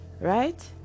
Right